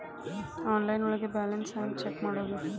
Online ಒಳಗೆ balance ಹ್ಯಾಂಗ check ಮಾಡೋದು?